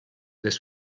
this